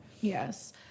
Yes